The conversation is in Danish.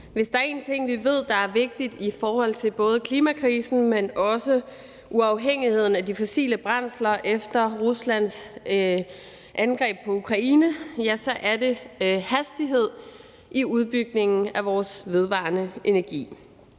hvis der er én ting, vi ved er vigtig i forhold til både klimakrisen, men også uafhængigheden af de fossile brændsler efter Ruslands angreb på Ukraine, så er det, at der er en hastighed i udbygningen af vores vedvarende energi,